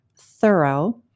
thorough